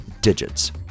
digits